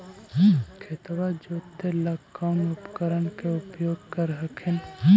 खेतबा जोते ला कौन उपकरण के उपयोग कर हखिन?